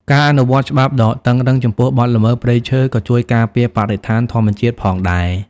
ការអនុវត្តច្បាប់ដ៏តឹងរ៉ឹងចំពោះបទល្មើសព្រៃឈើក៏ជួយការពារបរិស្ថានធម្មជាតិផងដែរ។